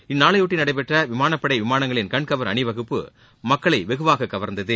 இந்நாளைபொட்டி நடைபெற்ற விமானப்படை விமானங்களின் கண்கவர் அணிவகுப்பு மக்களை வெகுவாக கவர்ந்தது